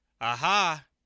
aha